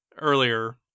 earlier